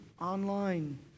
online